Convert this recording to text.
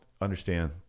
understand